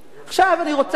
עכשיו אני רוצה,